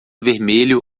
vermelho